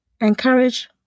encourage